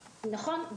נכון.